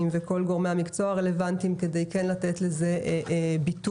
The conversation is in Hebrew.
וכל גורמי המקצוע הרלוונטיים כדי כן לתת לזה ביטוי.